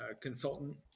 consultant